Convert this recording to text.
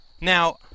Now